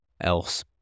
else